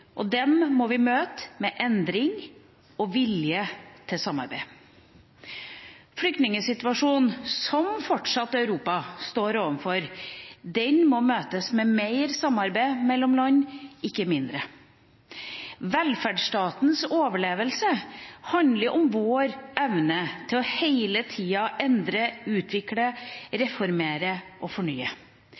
møte dem med endring og vilje til samarbeid. Flyktningsituasjonen som Europa fortsatt står overfor, må møtes med mer samarbeid mellom land, ikke mindre. Velferdsstatens overlevelse handler om vår evne til hele tiden å endre, utvikle, reformere og fornye.